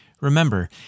Remember